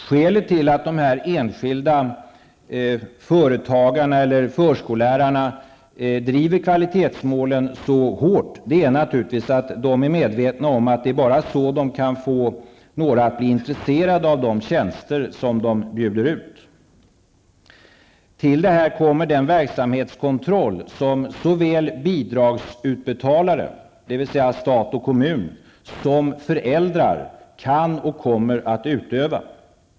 Skälet till att de enskilda förskollärarna driver detta med kvalitetsmålen så hårt är naturligtvis att de är medvetna om att de bara är på det sättet som de kan få några att bli intresserade av de tjänster som de bjuder ut. Till detta kommer den verksamhetskontroll som såväl bidragsutbetalare, dvs. stat och kommun, som föräldrar kan och kommer att utöva.